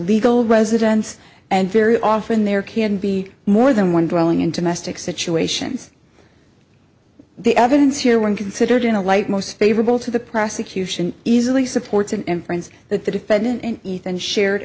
legal residence and very often there can be more than one growing into mastic situations the evidence here when considered in a light most favorable to the prosecution easily supports an inference that the defendant and ethan shared